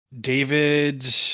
David